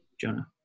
Jonah